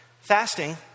Fasting